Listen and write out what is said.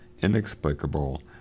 inexplicable